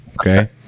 okay